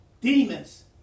demons